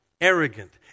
arrogant